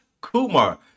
Kumar